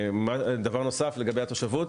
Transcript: דבר נוסף שצריך לומר לגבי התושבות.